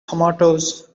tomatoes